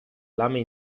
lame